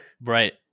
Right